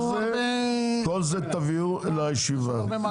הרבה --- את כל זה תביאו לישיבה.